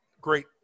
Great